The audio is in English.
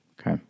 Okay